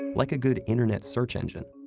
like a good internet search engine.